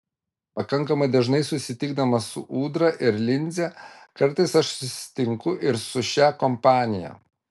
pakankamai dažnai susitikdamas su ūdra ir linze kartais aš susitinku ir su šia kompanija